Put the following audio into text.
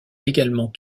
également